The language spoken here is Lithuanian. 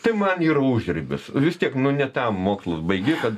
tai man yra užribis vis tiek nu ne tam mokslus baigi kad